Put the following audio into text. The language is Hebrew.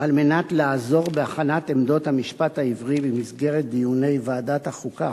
על מנת לעזור בהכנת עמדות המשפט העברי במסגרת דיוני ועדת החוקה,